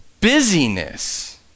Busyness